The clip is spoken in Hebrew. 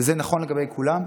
וזה נכון לגבי כולם,